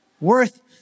worth